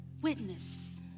witness